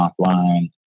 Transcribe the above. offline